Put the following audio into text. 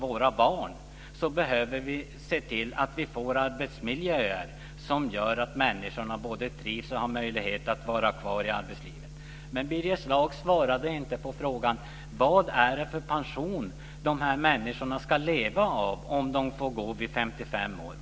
Därför behöver vi se till att få arbetsmiljöer som gör att människorna både trivs och har möjlighet att vara kvar i arbetslivet. Birger Schlaug svarade inte på frågan: Vad är det för pension de här människorna ska leva av om de får gå vid 55 år?